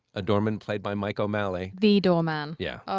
a doorman played by mike o'malley. the doorman. yeah. oh,